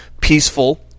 peaceful